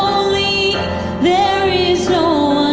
holy there is no